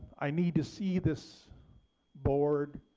i need to see this board,